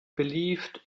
believed